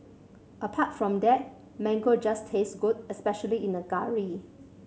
apart from that mango just tastes good especially in a curry